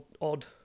Odd